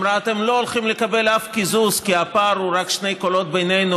ואמרה: אתם לא הולכים לקבל אף קיזוז כי הפער הוא רק שני קולות בינינו,